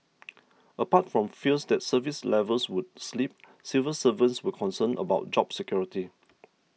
apart from fears that service levels would slip civil servants were concerned about job security